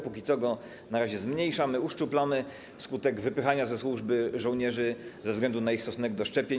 Póki co na razie go zmniejszamy, uszczuplamy wskutek wypychania ze służby żołnierzy ze względu na ich stosunek do szczepień.